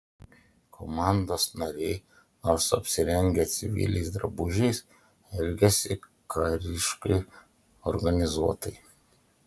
komandos nariai nors apsirengę civiliais drabužiais elgėsi kariškai organizuotai